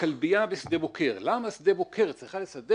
הכלבייה בשדה בוקר - למה שדה בוקר צריכה לסדר